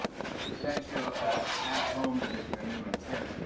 is the tonight show at home edition. i'm in my tent,